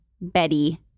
Betty